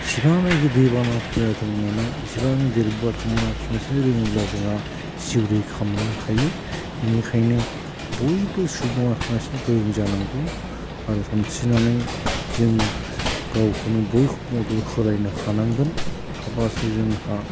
जिमाननाखि दैबाना फैयाथों मानो जेसेबां सानस्रिनो रोङोब्ला जोंहा जिउ रैखा मोननो हायो बेनिखायनो बयबो सुबुङा सानस्रिनो गोरों जानांगौ आरो सानस्रिनानै जों गावखौनो बयखौबो मदद होलायनो हानांगोन हाब्लासो जोंहा